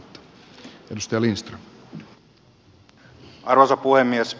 arvoisa puhemies